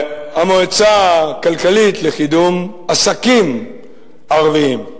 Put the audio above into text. המועצה הכלכלית לקידום עסקים ערביים,